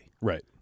Right